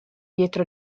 dietro